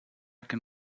can